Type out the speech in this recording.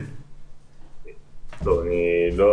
טוב, אני לא